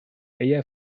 ella